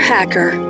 Hacker